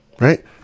Right